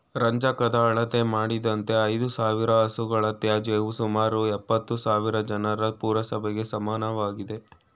ರಂಜಕದ ಅಳತೆ ಮಾಡಿದಂತೆ ಐದುಸಾವಿರ ಹಸುಗಳ ತ್ಯಾಜ್ಯವು ಸುಮಾರು ಎಪ್ಪತ್ತುಸಾವಿರ ಜನರ ಪುರಸಭೆಗೆ ಸಮನಾಗಿದೆ